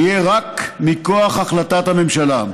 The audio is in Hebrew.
תהיה רק מכוח החלטת הממשלה.